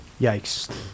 Yikes